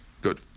Good